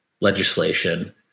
legislation